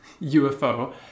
UFO